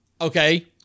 Okay